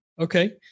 Okay